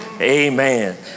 amen